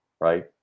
right